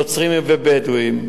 נוצריים ובדואיים.